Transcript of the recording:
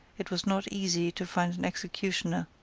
it was not easy to find an executioner.